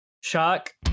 shock